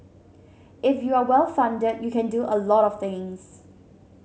if you are well funded you can do a lot of things